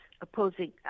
opposing